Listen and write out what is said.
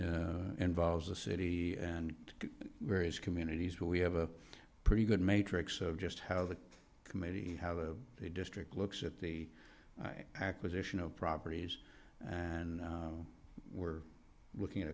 involves the city and various communities where we have a pretty good matrix of just how the committee how the district looks at the acquisition of properties and we're looking at